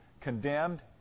condemned